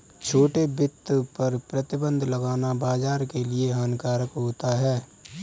छोटे वित्त पर प्रतिबन्ध लगाना बाज़ार के लिए हानिकारक होता है